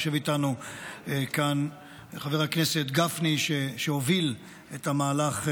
יושב איתנו כאן חבר הכנסת גפני, שהוביל את המהלך,